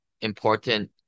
important